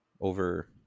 over